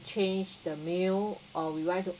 change the meal or we want to